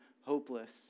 hopeless